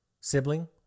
sibling